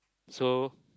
so